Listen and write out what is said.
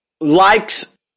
likes